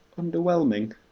underwhelming